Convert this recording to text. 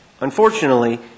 unfortunately